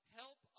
help